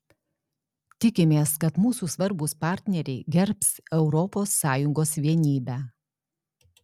tikimės kad mūsų svarbūs partneriai gerbs europos sąjungos vienybę